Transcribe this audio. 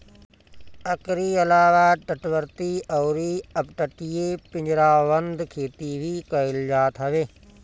एकरी अलावा तटवर्ती अउरी अपतटीय पिंजराबंद खेती भी कईल जात हवे